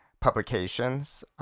publications